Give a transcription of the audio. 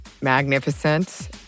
magnificent